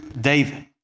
David